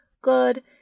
good